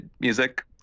music